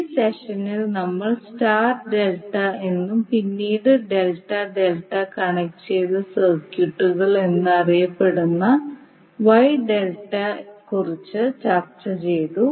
ഈ സെഷനിൽ നമ്മൾ സ്റ്റാർ ഡെൽറ്റ എന്നും പിന്നീട് ഡെൽറ്റ ഡെൽറ്റ കണക്റ്റുചെയ്ത സർക്യൂട്ടുകൾ എന്നും അറിയപ്പെടുന്ന വൈ ഡെൽറ്റയെക്കുറിച്ച് ചർച്ച ചെയ്തു